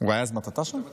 הוא היה אז, הוא היה בטייסת,